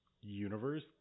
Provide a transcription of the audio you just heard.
universe